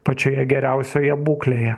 pačioje geriausioje būklėje